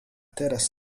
teraz